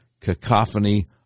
cacophony